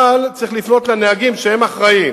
אבל צריך לפנות לנהגים שהם אחראים